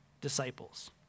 disciples